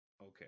Okay